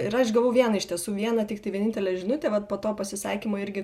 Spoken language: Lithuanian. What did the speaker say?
ir aš gavau vieną iš tiesų vieną tiktai vienintelę žinutę va po to pasisakymo irgi